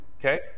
okay